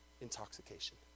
intoxication